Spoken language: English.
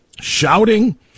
shouting